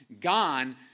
gone